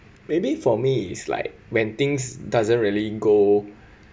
maybe for me is like when things doesn't really go